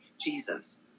Jesus